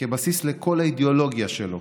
כבסיס לכל האידיאולוגיה שלו,